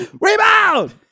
Rebound